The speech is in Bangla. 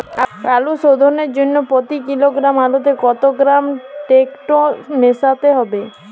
আলু শোধনের জন্য প্রতি কিলোগ্রাম আলুতে কত গ্রাম টেকটো মেশাতে হবে?